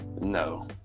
no